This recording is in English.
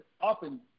often